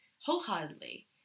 wholeheartedly